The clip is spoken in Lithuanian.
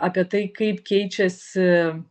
apie tai kaip keičiasi